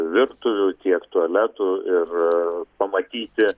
virtuvių tiek tualetų ir pamatyti